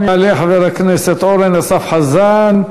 יעלה חבר הכנסת אורן אסף חזן,